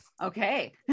Okay